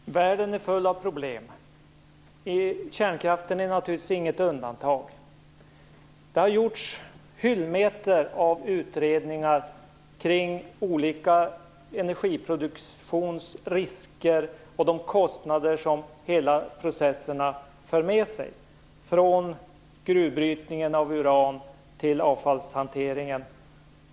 Herr talman! Världen är full av problem, och kärnkraften är naturligtvis inte något undantag. Det har gjorts hyllmeter av utredningar kring riskerna med olika energiproduktioner och de kostnader som hela processen för med sig, från gruvbrytningen av uran till avfallshanteringen.